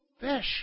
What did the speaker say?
Fish